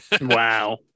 Wow